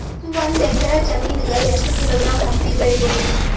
ಒಂದ್ ಎಕ್ಕರ ಜಮೀನಗ ಎಷ್ಟು ಕಿಲೋಗ್ರಾಂ ಹತ್ತಿ ಬೆಳಿ ಬಹುದು?